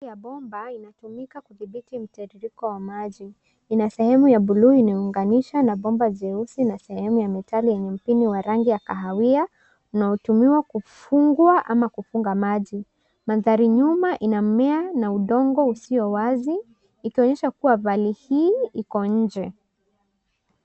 Vali ya bomba inatumika kudhibiti mtiririko wa maji. Ina sehemu ya buluu inayounganisha na bomba jeusi na sehemu ya mtali yenye mpini wa rangi ya kahawia unaotumiwa kufungwa ama kufunga maji. Mandhari nyuma ina mmea na udongo usiowazi ikionyesha kuwa vali hii iko nje.